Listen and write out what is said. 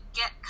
get